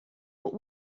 what